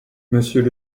monsieur